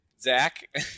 Zach